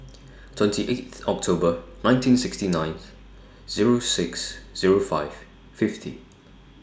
twenty eighth October nineteen sixty nine Zero six Zero five fifty